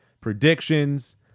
predictions